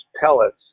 pellets